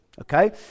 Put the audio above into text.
Okay